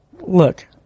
Look